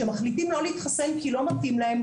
שמחליטים לא להתחסן כי לא מתאים להם,